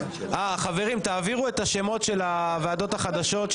חברים, תעבירו את השמות של החברים בוועדות החדשות.